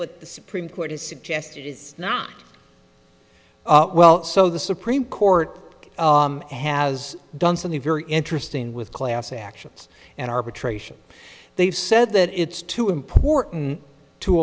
what the supreme court has suggested it's not well so the supreme court has done something very interesting with class actions and arbitration they've said that it's too important to